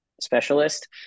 specialist